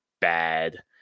bad